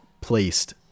placed